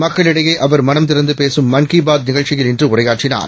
மக்களிடையேஅவர்மனம்திறந்துபேசும்மன் கி பாத்நிகழ்ச்சியில்இன்றுஉரையாற்றினார்